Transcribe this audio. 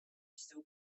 still